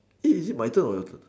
eh is it my turn or your turn